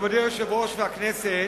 מכובדי היושב-ראש, והכנסת,